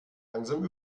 langsam